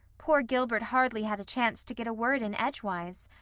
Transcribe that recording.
poor gilbert hardly had a chance to get a word in edgewise.